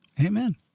Amen